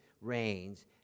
reigns